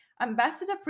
Ambassador